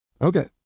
okay